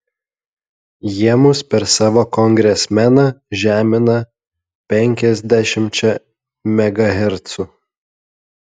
jie mus per savo kongresmeną žemina penkiasdešimčia megahercų